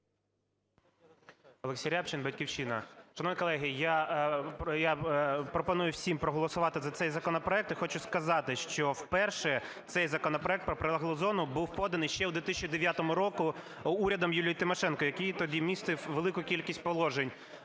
Олексій Рябчин, "Батьківщина". Шановні колеги, я пропоную всім проголосувати за цей законопроект, і хочу сказати, що вперше цей законопроект про прилеглу зону був поданий ще у 2009 році урядом Юлії Тимошенко, який тоді містив велику кількість положень,